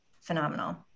phenomenal